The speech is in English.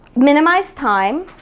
minimize time,